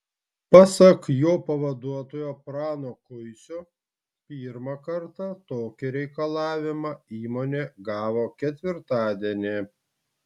pasak jo pavaduotojo prano kuisio pirmą kartą tokį reikalavimą įmonė gavo ketvirtadienį